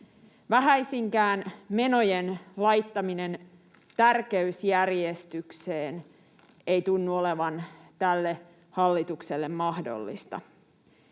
Vähäisinkään menojen laittaminen tärkeysjärjestykseen ei tunnu olevan tälle hallitukselle mahdollista.